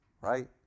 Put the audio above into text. right